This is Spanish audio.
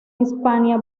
hispania